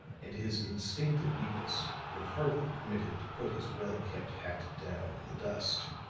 and his instinctive neatness would hardly permit him to put his well-kept hat down in the dust.